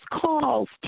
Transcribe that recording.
calls